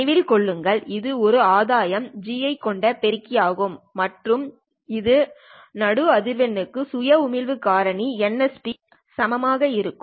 நினைவில் கொள்ளுங்கள் இது ஒரு ஆதாயம் G ஐ கொண்ட பெருக்கி ஆகும் மற்றும் ஒரு நடு அதிர்வெண்க்கு சுயமான உமிழ்வு காரணி nsp சமமானதாக இருக்கும்